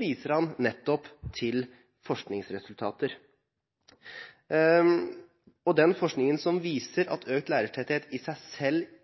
viser han nettopp til forskningsresultater. Og den forskningen som viser at økt lærertetthet i seg selv